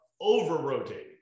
over-rotating